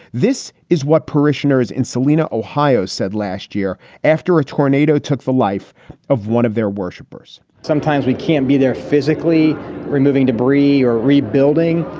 this is what parishioners in celina, ohio, said last year after a tornado took the life of one of their worshippers sometimes we can't be there physically removing debris or rebuilding,